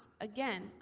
Again